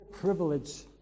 privilege